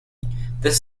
this